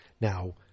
Now